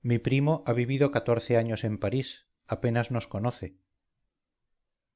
mi primo ha vivido catorce años en parís apenas nos conoce